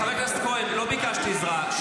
חבר הכנסת כהן, לא ביקשתי עזרה.